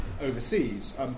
overseas